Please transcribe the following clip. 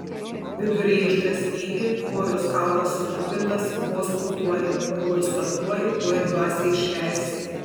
viduriai išdraskyti kojos kaulas sutrupintas vos pūtuoja rodos tuoj tuoj dvasią išleis